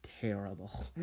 terrible